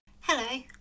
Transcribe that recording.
Hello